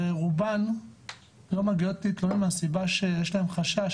ורובן לא מגיעות להתלונן מהסיבה שיש להן חשש.